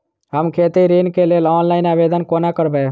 हम खेती ऋण केँ लेल ऑनलाइन आवेदन कोना करबै?